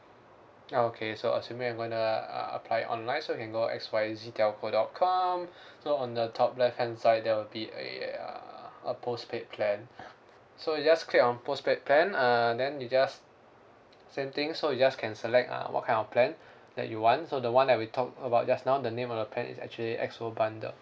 okay so assuming I'm gonna uh apply it online so you can go X Y Z telco dot com so on the top left hand side there will be a uh a postpaid plan so you just click on postpaid plan uh then you just same thing so you just can select uh what kind of plan that you want so the one that we talk about just now the name of the plan is actually X O bundle